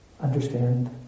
understand